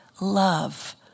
love